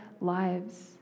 lives